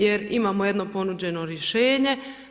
Jer imamo jedno ponuđeno rješenje.